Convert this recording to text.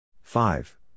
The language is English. Five